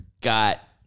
got